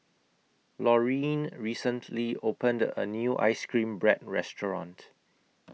Loreen recently opened A New Ice Cream Bread Restaurant